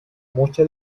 mucha